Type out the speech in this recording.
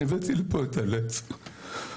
אני הבאתי לפה את הלב שלי,